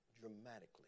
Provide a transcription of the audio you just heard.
dramatically